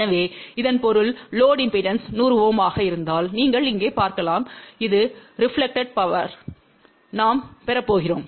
எனவே இதன் பொருள் லோடு இம்பெடன்ஸ் 100 Ω ஆக இருந்தால் நீங்கள் இங்கே பார்க்கலாம் இது ரெபிளெக்டாகும் பவர்யை நாம் பெறப்போகிறோம்